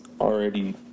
already